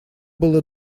было